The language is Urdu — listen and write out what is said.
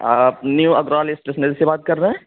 اور آپ نیو افغان اسٹیشنری سے بات کر رہے ہیں